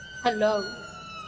Hello